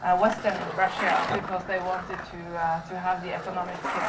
ah western russia because they wanted to to have the economic yeah